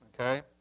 okay